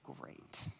great